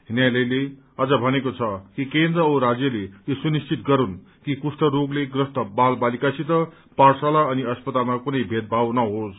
न्यायातयले भन्यो कि केन्द्र औ राज्यले यो सुनिश्चित गरून् कि कुष्ठ रोगले प्रस्त बाल चालिकासित पाठशाला अनि अस्पतालमा कुनै मेदभाव नहोस्